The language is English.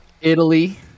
Italy